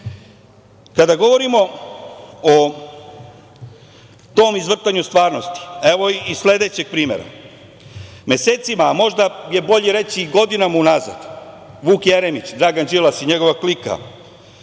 govorimo o tom izvrtanju stvarnosti, evo i sledećeg primera. Mesecima, a možda je bolje reći i godinama unazad, Vuk Jeremić, Dragan Đilas i njegova klika